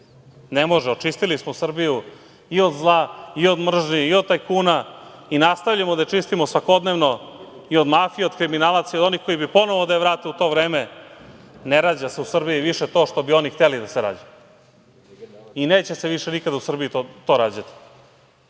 ne može. Očistili smo Srbiju i od zla i od mržnje i od tajkuna i nastavljamo da je čistimo svakodnevno i od mafije i od kriminalaca i od onih koji bi ponovo da je vrate u to vreme. Ne rađa se u Srbiji više to što bi oni hteli da se rađa i neće se više nikada u Srbiji to rađati. Srbija